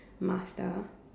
master